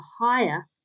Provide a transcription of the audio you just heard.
higher